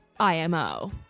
IMO